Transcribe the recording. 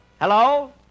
Hello